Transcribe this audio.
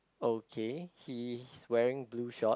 okay he's wearing blue shorts